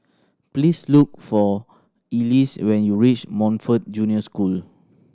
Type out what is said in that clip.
please look for Elease when you reach Montfort Junior School